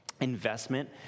Investment